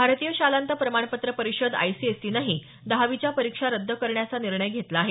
भारतीय शालांत प्रमाणपत्र परिषद आयसीएसईनंही दहावीच्या परीक्षा रद्द करण्याचा निर्णय घेतला आहे